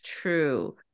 true